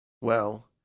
Well